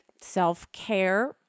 self-care